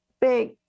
big